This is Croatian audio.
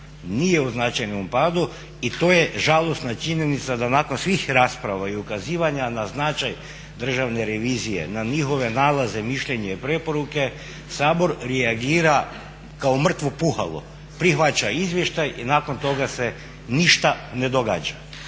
nije u značajnom padu i to je žalosna činjenica da nakon svih rasprava i ukazivanja na značaj Državne revizije, na njihove nalaze, mišljenje i preporuku Sabor reagira kao mrtvo puhalo, prihvaća izvještaj i nakon toga se ništa ne događa.